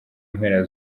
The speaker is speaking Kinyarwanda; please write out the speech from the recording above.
mpera